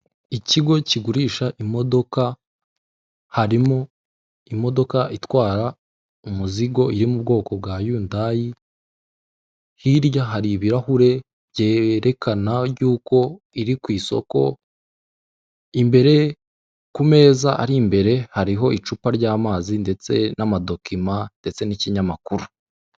Ikigo kigurisha imodoka harimo imodoka itwara umuzigo yo mu bwoko bwa yundayi, hirya hari ibirahure byerekana y'uko iri ku isoko imbere ku meza ari imbere hariho icupa ry'amazi ndetse n'amadokima ndetse n'ikinyamakuru.